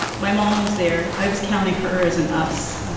my mom was there. i was counting her as an us.